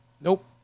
Nope